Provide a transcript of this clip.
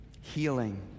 Healing